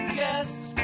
guests